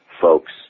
folks